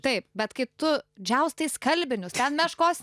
taip bet kai tu džiaustai skalbinius ten meškos